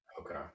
Okay